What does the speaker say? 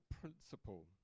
principle